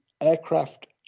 aircraft